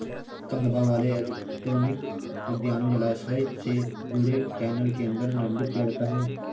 कम दबाव वाले एरोपोनिक उद्यानों जलाशय से जुड़े चैनल के अंदर निलंबित किया जाता है